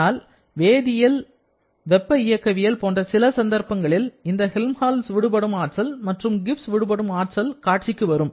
ஆனால் வேதியல் வெப்ப இயக்கவியல் போன்ற சில சந்தர்ப்பங்களில் இந்த ஹெல்ம்ஹால்ட்ஸ் விடுபடும் ஆற்றல் மற்றும் கிப்ஸ் விடுபடும் ஆற்றல் காட்சிக்கு வரும்